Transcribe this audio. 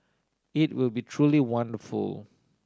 it will be truly wonderful